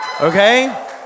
okay